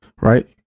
right